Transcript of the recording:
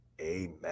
Amen